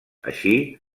així